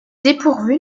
dépourvu